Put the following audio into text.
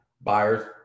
buyers